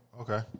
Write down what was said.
Okay